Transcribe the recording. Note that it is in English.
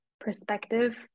perspective